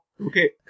Okay